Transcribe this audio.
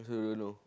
I also don't know